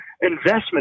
Investment